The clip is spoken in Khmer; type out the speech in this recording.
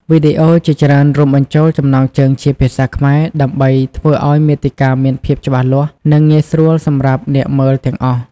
វីដេអូជាច្រើនរួមបញ្ចូលចំណងជើងជាភាសាខ្មែរដើម្បីធ្វើឱ្យមាតិកាមានភាពច្បាស់លាស់ និងងាយស្រួលសម្រាប់អ្នកមើលទាំងអស់។